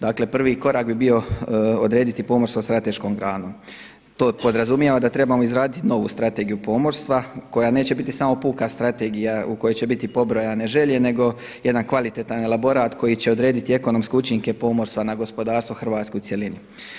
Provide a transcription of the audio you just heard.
Dakle, prvi korak bi bio odrediti pomorstvo strateškom granom, to podrazumijeva da trebamo izraditi novu strategiju pomorstva koja neće biti samo puka strategija u kojoj će biti pobrojane želje nego jedan kvalitetan elaborat koji je odrediti ekonomske učinke pomorstva na gospodarstvu i Hrvatsku u cjelini.